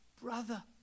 brother